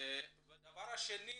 דבר שני,